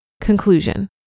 Conclusion